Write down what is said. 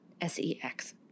S-E-X